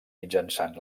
mitjançant